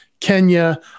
Kenya